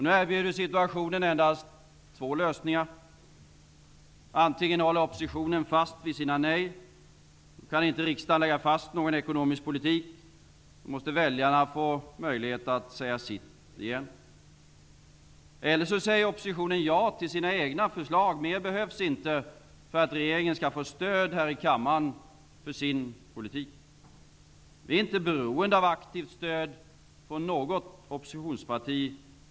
Nu erbjuder situationen endast två lösningar: Antingen håller oppositionen fast vid sitt nej -- då kan riksdagen inte lägga fast någon ekonomisk politik och då måste väljarna få möjlighet att säga sitt igen -- eller så säger oppositionen ja till sina egna förslag. Mer behövs det inte för att regeringen skall få stöd här i kammaren för sin politik. Regeringen är inte beroende av aktivt stöd från något oppositionsparti.